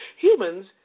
humans